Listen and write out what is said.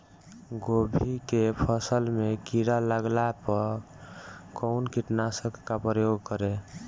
गोभी के फसल मे किड़ा लागला पर कउन कीटनाशक का प्रयोग करे?